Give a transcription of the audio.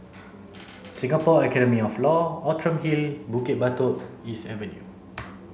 Singapore Academy of Law Outram Hill Bukit Batok East Avenue